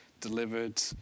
delivered